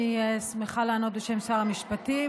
אני שמחה לענות בשם שר המשפטים.